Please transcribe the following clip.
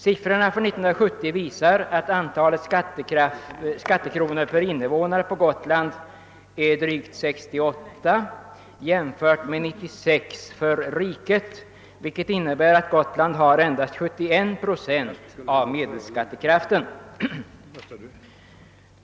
Siffrorna för 1970 visar att antalet skattekronor per invånare på Gotland är 68:07, vilket skall jämföras med 96: 01 för hela riket, och det innebär att Gotland endast har 71 procent av medelskattekraften.